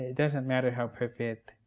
doesn't matter how perfect.